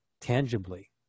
tangibly